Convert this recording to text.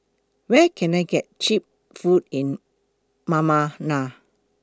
Where Can I get Cheap Food in Ma Ma La